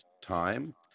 time